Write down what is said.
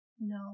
No